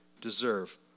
deserve